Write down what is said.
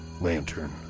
Lantern